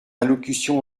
allocution